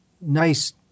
nice